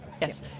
yes